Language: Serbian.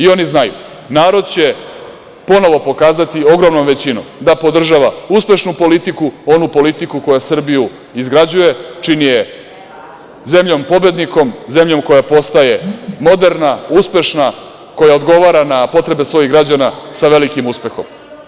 Oni znaju – narod će ponovo pokazati ogromnom većinom da podržava uspešnu politiku, onu politiku koja Srbiju izgrađuje, čini je zemljom pobednikom, zemljom koja postaje moderna, uspešna, koja odgovara na potrebe svojih građana sa velikim uspehom.